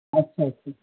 اچھا اچھا